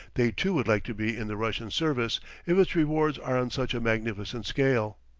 they too would like to be in the russian service if its rewards are on such a magnificent scale.